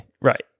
Right